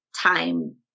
time